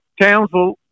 Townsville